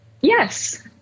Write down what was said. Yes